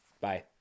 Bye